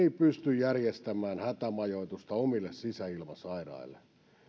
ei pysty järjestämään hätämajoitusta omille sisäilmasairailleen